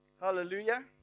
Hallelujah